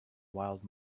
wild